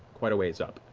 quite a ways up.